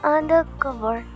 Undercover